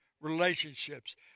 relationships